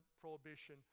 prohibition